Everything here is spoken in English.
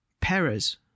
Perez